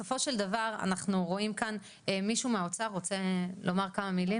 מישהו המשרד האוצר רוצה לומר כמה מילים?